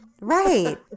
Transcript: right